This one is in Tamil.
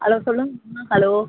ஹலோ சொல்லுங்ள் ஹலோ